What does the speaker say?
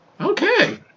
okay